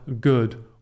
good